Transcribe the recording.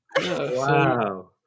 Wow